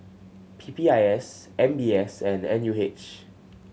P P I S M B S and N U H